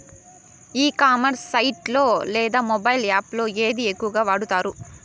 ఈ commerce site లో లేదా మొబైల్ యాప్ లో ఏది ఎక్కువగా వాడుతారు?